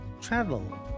travel